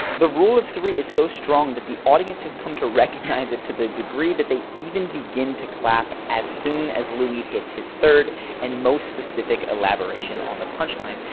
the rule of three is so strong that the audience has come to recognize it to the degree that they even begin to clap as soon as louis hits his third and most specific elaboration on the punchline.